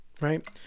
right